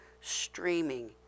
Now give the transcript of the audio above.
streaming